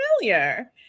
familiar